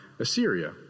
Assyria